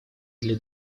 для